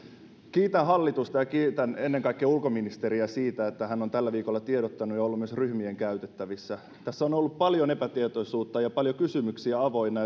kiitän hallitusta ja kiitän ennen kaikkea ulkoministeriä siitä että hän on tällä viikolla tiedottanut ja ollut myös ryhmien käytettävissä tässä on ollut paljon epätietoisuutta ja paljon kysymyksiä avoinna